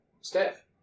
staff